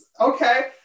okay